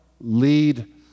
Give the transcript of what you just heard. lead